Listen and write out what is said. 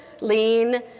lean